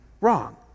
wrong